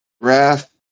Wrath